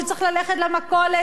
שצריך ללכת למכולת,